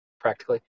practically